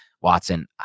Watson